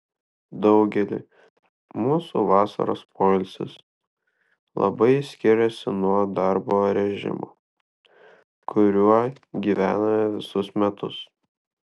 daugeliui mūsų vasaros poilsis labai skiriasi nuo darbo režimo kuriuo gyvename visus metus